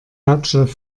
hauptstadt